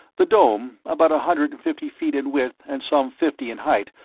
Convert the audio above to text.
the dome, about a hundred and fifty feet in width and some fifty in height,